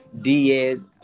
Diaz